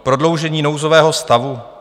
Prodloužení nouzového stavu?